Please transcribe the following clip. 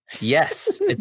Yes